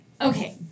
Okay